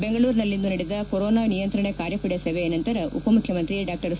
ಬೆಂಗಳೂರಿನಲ್ಲಿಂದು ನಡೆದ ಕೊರೋನಾ ನಿಯಂತ್ರಣ ಕಾರ್ಯಪಡೆ ಸಭೆಯ ನಂತರ ಉಪಮುಖ್ಯಮಂತ್ರಿ ಡಾ ಸಿ